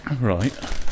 Right